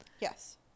yes